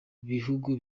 bihugu